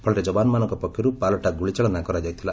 ଫଳରେ ଯବାନମାନଙ୍କ ପକ୍ଷରୁ ପାଲଟା ଗୁଳି ଚାଳନା କରାଯାଇଥିଲା